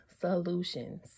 solutions